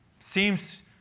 Seems